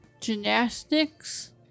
gymnastics